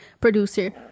producer